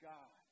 God